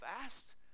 fast